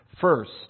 First